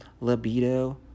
libido